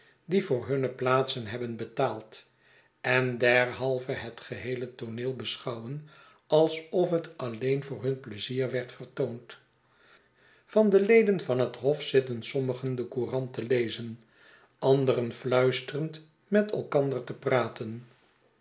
die voor hunne plaatsen hebben betaald en derhalve het geheele tooneel beschouwen alsof het alleen voor hun pleizier werd vertoond van de leden van het hof zitten sommigen de courant te lezen anderen fluisterend met elkander te praten